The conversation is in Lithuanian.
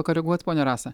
pakoreguot ponią rasą